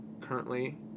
currently